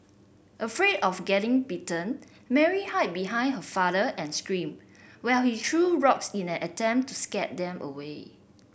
afraid of getting bitten Mary hide behind her father and screamed while he threw rocks in an attempt to scare them away